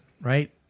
Right